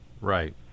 Right